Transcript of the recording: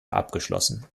abgeschlossen